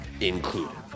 included